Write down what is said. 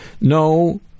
No